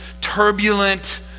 turbulent